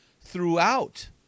throughout